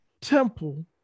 Temple